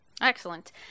excellent